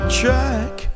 track